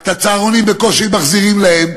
את הצהרונים בקושי מחזירים להם.